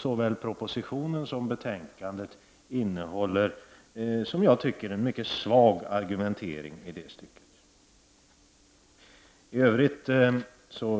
Såväl propositionen som betänkandet innehåller, tycker jag, en mycket svag argumentering i det stycket. I övrigt